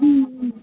ம் ம் ம்